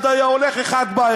אחד היה הולך אחד בא,